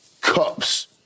cups